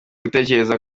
gutekereza